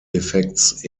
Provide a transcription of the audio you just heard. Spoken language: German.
effekts